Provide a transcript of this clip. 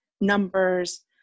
numbers